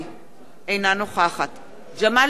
אינה נוכחת ג'מאל זחאלקה,